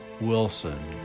Wilson